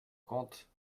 compte